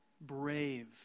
brave